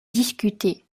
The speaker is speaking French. discutée